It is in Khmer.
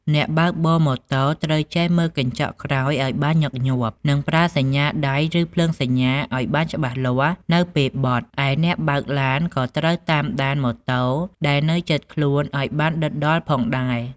អ្នកបើកម៉ូតូត្រូវចេះមើលកញ្ចក់ក្រោយឱ្យបានញឹកញាប់ និងប្រើសញ្ញាដៃឬភ្លើងសញ្ញាឱ្យបានច្បាស់លាស់នៅពេលបត់ ឯអ្នកបើកឡានក៏ត្រូវតាមដានម៉ូតូដែលនៅជិតខ្លួនឱ្យបានដិតដល់ផងដែរ។